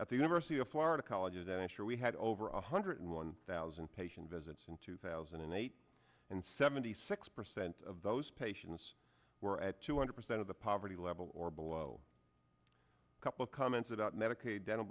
at the university of florida college and i'm sure we had over a hundred in one thousand patient visits in two thousand and eight and seventy six percent of those patients were at two hundred percent of the poverty level or below a couple comments about medicaid dental